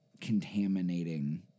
contaminating